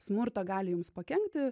smurtą gali jums pakenkti